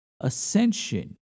ascension